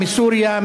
מסוריה,